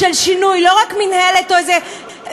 לא רק מינהלת או איזה,